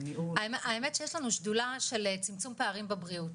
האמת שיש לנו שדולה של צמצום פערים בבריאות